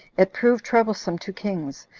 it prove troublesome to kings,